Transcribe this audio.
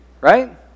Right